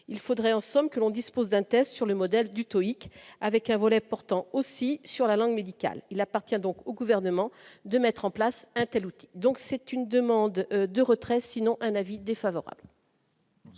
il faudrait, en somme, que l'on dispose d'un test sur le modèle du taux unique avec un volet portant aussi sur la langue médical il appartient donc au gouvernement de mettre en place telle août donc, c'est une demande de retrait sinon un avis défavorable.